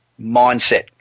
mindset